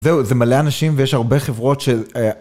זהו, זה מלא אנשים, ויש הרבה חברות של אה...